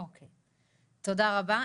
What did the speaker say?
אוקי, תודה רבה.